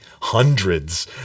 hundreds